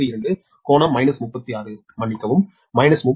52∟ 36 மன்னிக்கவும் 36